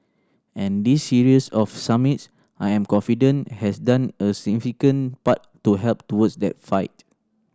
and this series of summits I am confident has done a significant part to help towards that fight